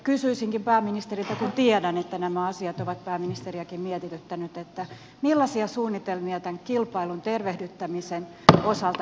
kysyisinkin pääministeriltä kun tiedän että nämä asiat ovat pääministeriäkin mietityttäneet millaisia suunnitelmia tämän kilpailun tervehdyttämisen osalta hallituksella on